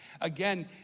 Again